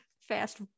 fast